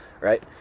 Right